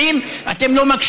אתם לא שומעים,